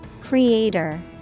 Creator